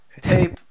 tape